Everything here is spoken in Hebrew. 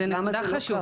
אז למה זה לא קרה?